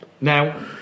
Now